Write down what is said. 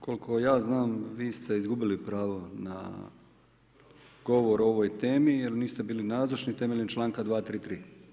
Koliko ja znam, vi ste izgubili pravo na govorom o ovoj temi, jer niste bili nazočni, temeljem članka 233.